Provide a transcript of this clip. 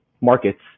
markets